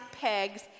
pegs